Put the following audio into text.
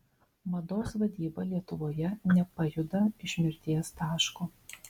mados vadyba lietuvoje nepajuda iš mirties taško